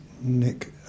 Nick